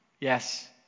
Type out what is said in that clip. yes